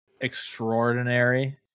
extraordinary